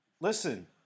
listen